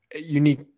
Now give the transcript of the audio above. unique